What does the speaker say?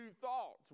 thoughts